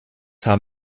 haben